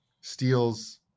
steals